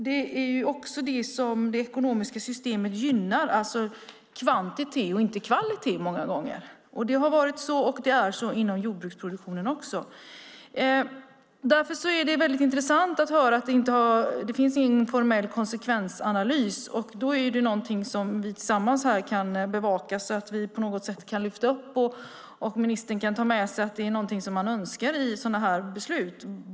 Det som det ekonomiska systemet gynnar är många gånger kvantitet och inte kvalitet. Det har varit så, och det är också så inom jordbruksproduktionen. Därför är det väldigt intressant att höra att det inte finns någon formell konsekvensanalys. Det är någonting som vi tillsammans här kan bevaka och på något sätt lyfta fram. Ministern kan ta med sig att det är någonting som man önskar i sådana beslut.